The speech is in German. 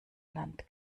land